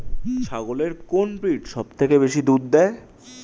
ছাগলের কোন ব্রিড সবথেকে বেশি দুধ দেয়?